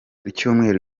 icyumweru